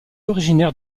originaire